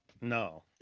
No